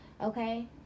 okay